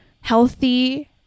Healthy